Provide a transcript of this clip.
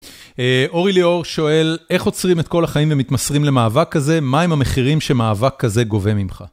אורי ליאור שואל, איך עוצרים את כל החיים ומתמסרים למאבק הזה? מה עם המחירים שמאבק כזה גובה ממך?